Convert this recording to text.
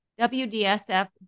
WDSF